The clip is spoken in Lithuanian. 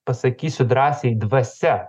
pasakysiu drąsiai dvasia